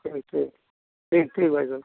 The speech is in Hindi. अच्छा ठीक ठीक भाई साहब